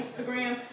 Instagram